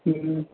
હમ્મ